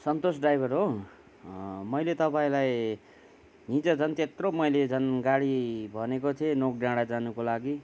सन्तोष driver हो मैले तपाईँलाई हिजो झन् त्यत्रो मैले झन् गाडी भनेको थिएँ नोक डाँडा जानुको लागि